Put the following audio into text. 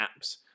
apps